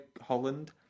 Holland